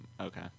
Okay